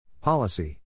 Policy